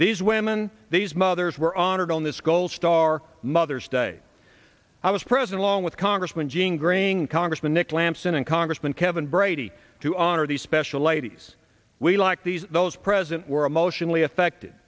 these women these mothers were honored on this gold star mothers day i was present along with congressman jean greying congressman nick lampson and congressman kevin brady to honor the special ladies we like these those present were emotionally affected